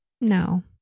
No